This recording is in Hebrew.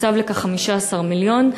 תוקצבו לכך 15 מיליון.